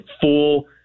Full